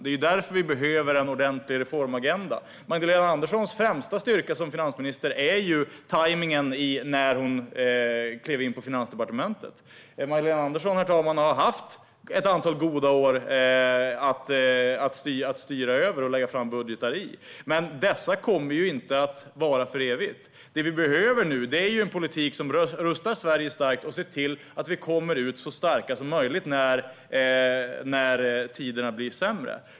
Det är därför som vi behöver en ordentlig reformagenda. Magdalena Anderssons främsta styrka som finansminister är tajmningen när hon klev in på Finansdepartementet. Magdalena Andersson har haft ett antal goda år då hon har kunnat styra och lägga fram budgetar. Men dessa goda år kommer inte att vara för evigt. Det som vi nu behöver är en politik som rustar Sverige starkt och ser till att vi kommer ut så starka som möjligt när tiderna blir sämre.